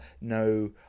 no